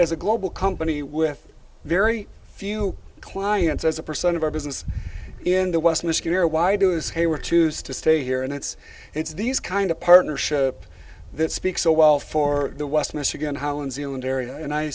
as a global company with very few clients as a percent of our business in the west miscue or why do is hey we're choose to stay here and it's it's these kind of partnership that speaks so well for the west michigan